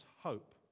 hope